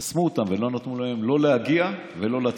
חסמו אותם ולא נתנו להם לא להגיע ולא לצאת.